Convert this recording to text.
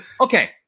Okay